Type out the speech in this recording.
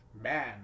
man